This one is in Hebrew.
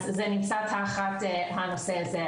אז זה נמצא תחת הנושא הזה.